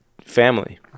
family